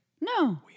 No